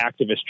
activist